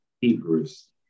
Hebrews